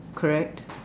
correct